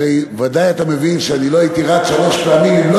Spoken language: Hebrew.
הרי ודאי אתה מבין שאני לא הייתי רץ שלוש פעמים אם לא